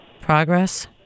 progress